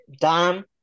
Dom